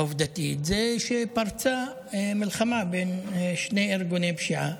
העובדתית, היא שפרצה מלחמה בין שני ארגוני פשיעה